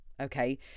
Okay